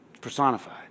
Personified